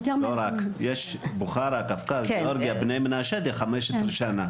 יש בוכרה, קווקז, גיאורגיה, בני מנשה זה 15 שנה.